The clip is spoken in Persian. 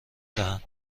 دهند